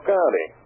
County